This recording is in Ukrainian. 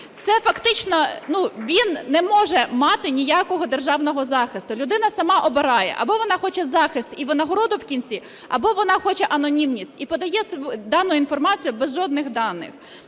Це фактично... Він не може мати ніякого державного захисту. Людина сама обирає: або вона хоче захист і винагороду в кінці, або вона хоче анонімність, і подає дану інформацію без жодних даних.